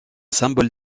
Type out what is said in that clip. symbole